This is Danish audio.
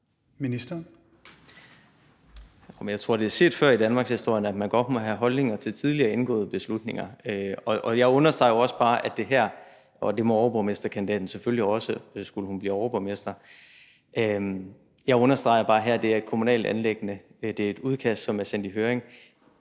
Kollerup): Jeg tror, det er set før i danmarkshistorien, at man godt må have holdninger til tidligere indgåede beslutninger. Det må overborgmesterkandidaten selvfølgelig også, skulle hun blive overborgmester. Jeg understreger bare her, at det er et kommunalt anliggende, det er et udkast, som er sendt i høring.